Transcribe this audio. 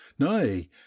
nay